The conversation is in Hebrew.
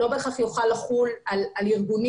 הוא לא בהכרח יוכל לחול על ארגונים